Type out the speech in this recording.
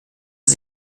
sie